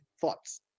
thoughts